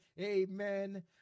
Amen